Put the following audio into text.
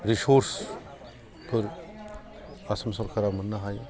रिसर्सफोर आसाम सरखारा मोननो हायो